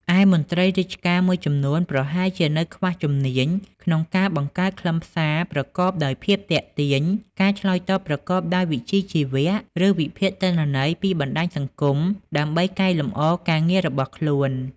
ឯមន្ត្រីរាជការមួយចំនួនប្រហែលជានៅខ្វះជំនាញក្នុងការបង្កើតខ្លឹមសារប្រកបដោយភាពទាក់ទាញ ការឆ្លើយតបប្រកបដោយវិជ្ជាជីវៈ ឬវិភាគទិន្នន័យពីបណ្ដាញសង្គមដើម្បីកែលម្អការងាររបស់ខ្លួន។